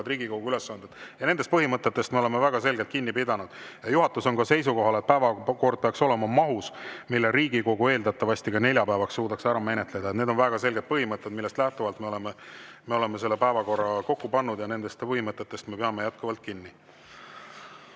Riigikogu ülesanded. Nendest põhimõtetest me oleme väga selgelt kinni pidanud. Juhatus on ka seisukohal, et päevakord peaks olema mahus, mille Riigikogu eeldatavasti neljapäevaks suudab ära menetleda. Need on väga selged põhimõtted, millest lähtuvalt me oleme päevakorra kokku pannud, ja nendest põhimõtetest me peame jätkuvalt kinni.